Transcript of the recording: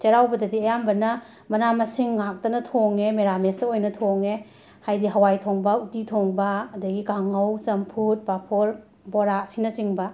ꯆꯩꯔꯥꯎꯕꯗꯗꯤ ꯑꯌꯥꯝꯕꯅ ꯃꯅꯥ ꯃꯁꯤꯡ ꯉꯥꯛꯇꯅ ꯊꯣꯡꯉꯦ ꯃꯦꯔꯥꯃꯦꯁꯇ ꯑꯣꯏꯅ ꯊꯣꯡꯉꯦ ꯍꯥꯏꯗꯤ ꯍꯋꯥꯏ ꯊꯣꯡꯕ ꯎꯠꯇꯤ ꯊꯣꯡꯕ ꯑꯗꯒꯤ ꯀꯥꯡꯍꯧ ꯆꯝꯐꯨꯠ ꯄꯥꯐꯣꯔ ꯕꯣꯔꯥ ꯑꯁꯤꯅꯆꯤꯡꯕ